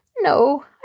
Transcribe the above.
No